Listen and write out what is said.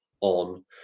on